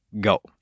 Go